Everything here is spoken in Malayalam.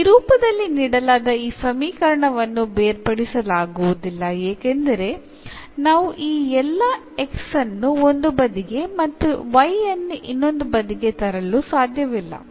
ഈ രൂപത്തിൽ നൽകിയിരിക്കുന്ന ഈ സമവാക്യം സെപറബിൾ ഫോമിൽ അല്ല കാരണം നമുക്ക് ഈ നെ ഒരു വശത്തേക്കും യെ മറ്റൊരു വശത്തേക്കും കൊണ്ടുവരാൻ കഴിയില്ല